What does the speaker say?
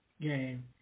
game